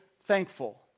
Thankful